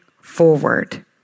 forward